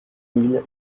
mille